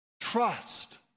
trust